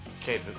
Okay